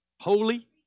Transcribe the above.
Holy